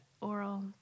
oral